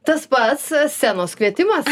tas pats scenos kvietimas